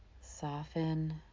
Soften